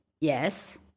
Yes